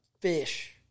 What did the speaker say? fish